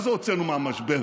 מה זה "הוצאנו מהמשבר"?